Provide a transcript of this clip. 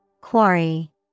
Quarry